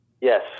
Yes